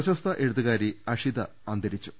പ്രശസ്ത എഴുത്തുകാരി അഷിത അന്തരിച്ചു